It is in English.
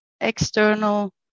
external